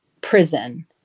prison